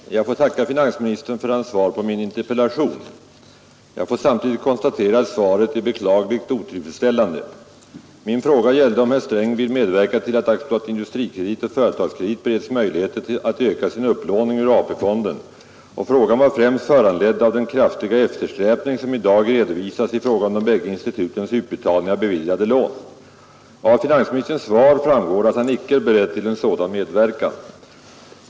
Herr talman! Jag får tacka finansministern för hans svar på min interpellation. Jag får samtidigt konstatera att svaret är beklagligt otillfredsställande. Min fråga gällde om herr Sträng vill medverka till att AB Industrikredit och Företagskredit bereds möjligheter att öka sin upplåning ur AP-fonden, och frågan var främst föranledd av den kraftiga eftersläpning som i dag redovisas i fråga om de bägge institutens utbetalning av beviljade lån. Av finansministerns svar framgår att han icke är beredd till en sådan medverkan.